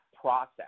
process